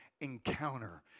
encounter